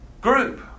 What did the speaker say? group